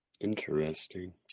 Interesting